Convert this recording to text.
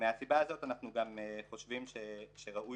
מסיבה זו אנחנו גם חושבים שראוי